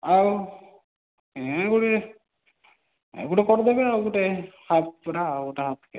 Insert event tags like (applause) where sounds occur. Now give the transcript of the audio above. ଆଉ (unintelligible) ଗୋଟିଏ କରିଦେବେ ଆଉ ଗୋଟିଏ ହାପ୍ ପୂରା ଆଉ ଗୋଟିଏ ହାପ୍